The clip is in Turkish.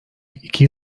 iki